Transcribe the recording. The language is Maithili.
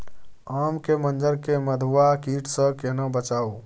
आम के मंजर के मधुआ कीट स केना बचाऊ?